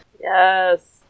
Yes